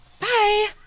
bye